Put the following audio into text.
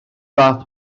laeth